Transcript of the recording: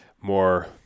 more